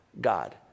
God